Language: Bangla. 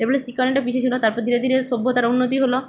এবারে শিক্ষা অনেকটা পিছিয়ে ছিল তারপর ধীরে ধীরে সভ্যতার উন্নতি হলো